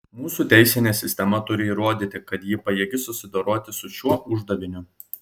mūsų teisinė sistema turi įrodyti kad ji pajėgi susidoroti su šiuo uždaviniu